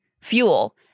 fuel